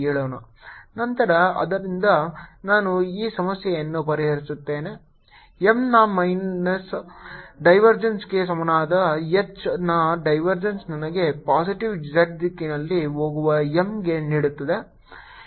ನಂತರ ಆದ್ದರಿಂದ ನಾನು ಈ ಸಮಸ್ಯೆಯನ್ನು ಪರಿಹರಿಸುತ್ತೇನೆ M ನ ಮೈನಸ್ ಡೈವರ್ಜೆನ್ಸ್ಗೆ ಸಮಾನವಾದ H ನ ಡೈವರ್ಜೆನ್ಸ್ ನನಗೆ ಪಾಸಿಟಿವ್ z ದಿಕ್ಕಿನಲ್ಲಿ ಹೋಗುವ M ಗೆ ನೀಡುತ್ತದೆ